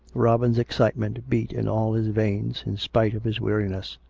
robin's excitement beat in all his veinsj in spite of his weariness.